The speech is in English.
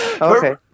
Okay